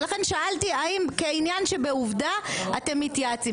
לכן שאלתי האם כעניין שבעובדה אתם מתייעצים.